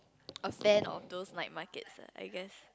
a fan of those night markets ah I guess